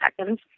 seconds